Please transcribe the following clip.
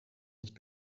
nicht